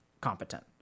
competent